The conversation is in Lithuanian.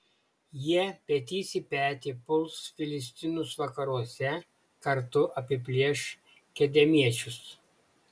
jie petys į petį puls filistinus vakaruose kartu apiplėš kedemiečius